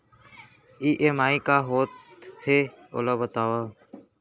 EMI का होथे, ओला बतावव